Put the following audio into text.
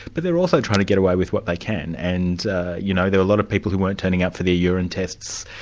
but they're also trying to get away with what they can, and you know there are a lot of people who weren't turning up for their urine tests,